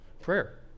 Prayer